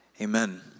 amen